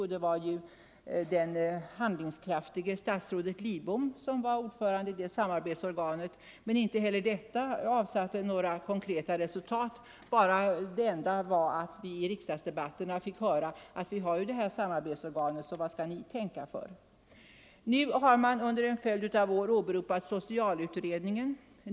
Det var den handlingskraftige statsrådet Lidbom som blev ordförande i det samarbetsorganet, men inte heller detta avsatte några konkreta resultat. Det enda var att vi i riksdagsdebatterna fick höra att nu har vi samarbetsorganet så varför skall vi taga ställning. Nu har man under en följd av år åberopat socialutredningen.